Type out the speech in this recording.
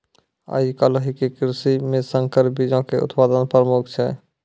आइ काल्हि के कृषि मे संकर बीजो के उत्पादन प्रमुख छै